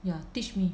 ya teach me